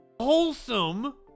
wholesome